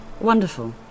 Wonderful